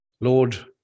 Lord